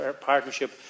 partnership